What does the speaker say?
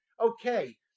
Okay